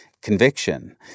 conviction